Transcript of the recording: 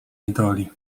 niedoli